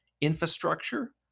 infrastructure